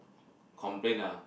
complain lah